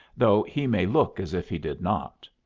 though he may look as if he did not.